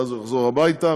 ואז הוא יחזור הביתה.